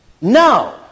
no